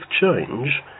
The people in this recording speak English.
change